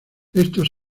estos